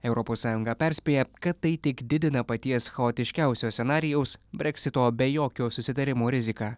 europos sąjunga perspėja kad tai tik didina paties chaotiškiausio scenarijaus breksito be jokio susitarimo riziką